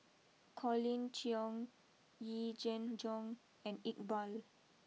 Colin Cheong Yee Jenn Jong and Iqbal